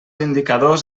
indicadors